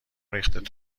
ریختت